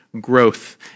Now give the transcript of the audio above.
growth